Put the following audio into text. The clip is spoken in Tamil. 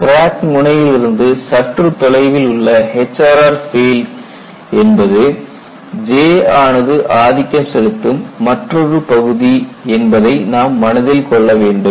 கிராக் முனை யிலிருந்து சற்று தொலைவில் உள்ள HRR பீல்டு என்பது J ஆனது ஆதிக்கம் செலுத்தும் மற்றொரு பகுதி என்பதை நாம் மனதில் கொள்ள வேண்டும்